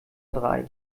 drei